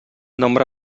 nombre